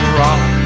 rock